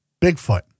Bigfoot